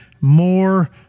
more